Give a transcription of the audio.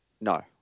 No